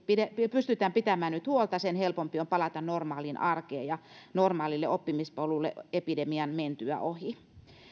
pystytään pitämään nyt huolta sen helpompi on palata normaaliin arkeen ja normaalille oppimispolulle epidemian mentyä ohi